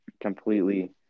completely